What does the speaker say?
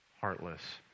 heartless